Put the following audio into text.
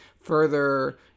further